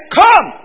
come